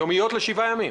יומיות לשבעה ימים.